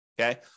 Okay